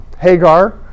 Hagar